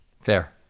Fair